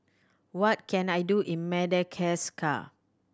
what can I do in Madagascar